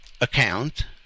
account